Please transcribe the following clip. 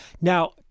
Now